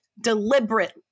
deliberate